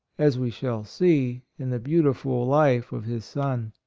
as we shall see in the beautiful life of his son.